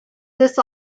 this